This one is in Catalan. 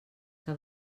que